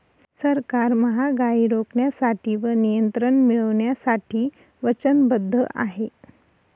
सरकार महागाई रोखण्यासाठी व नियंत्रण मिळवण्यासाठी वचनबद्ध आहे